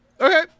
okay